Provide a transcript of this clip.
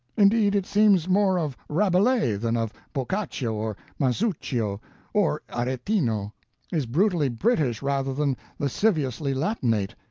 indeed, it seems more of rabelais than of boccaccio or masuccio or aretino is brutally british rather than lasciviously latinate,